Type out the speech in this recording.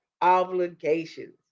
obligations